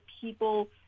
people